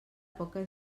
poca